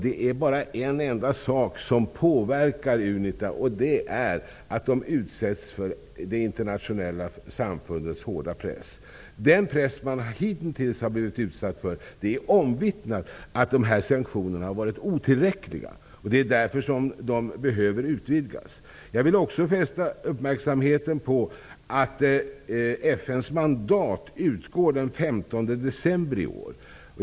Det är bara en enda sak som påverkar UNITA -- och det är att man utsätts för det internationella samfundets hårda press. Det är omvittnat att sanktionerna -- och därmed pressen -- hittills har varit otillräckliga. De behöver därför utvidgas. Jag vill också fästa uppmärksamheten på att FN:s mandat utgår den 15 december i år.